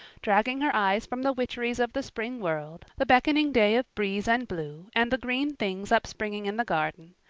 dragging her eyes from the witcheries of the spring world, the beckoning day of breeze and blue, and the green things upspringing in the garden,